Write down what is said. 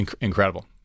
Incredible